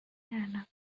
کردم